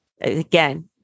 again